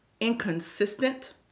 inconsistent